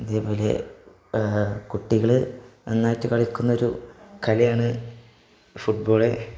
അതേപോലെ കുട്ടികള് നന്നായിട്ട് കളിക്കുന്നൊരു കളിയാണ് ഫുട്ബോള്